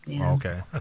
okay